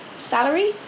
salary